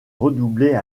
redoublaient